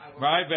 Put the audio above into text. right